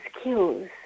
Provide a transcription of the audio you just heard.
skills